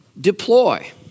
deploy